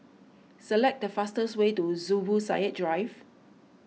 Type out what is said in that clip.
select the fastest way to Zubir Said Drive